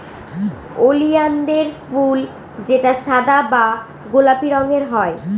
ওলিয়ানদের ফুল যেটা সাদা বা গোলাপি রঙের হয়